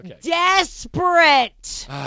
desperate